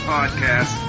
Podcast